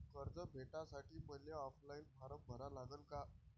कर्ज भेटासाठी मले ऑफलाईन फारम भरा लागन का?